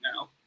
now